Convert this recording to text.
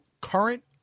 current